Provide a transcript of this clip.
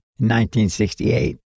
1968